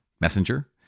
messenger